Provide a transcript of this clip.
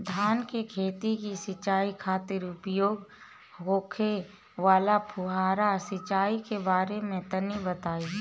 धान के खेत की सिंचाई खातिर उपयोग होखे वाला फुहारा सिंचाई के बारे में तनि बताई?